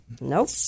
Nope